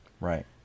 right